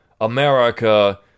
America